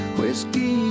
whiskey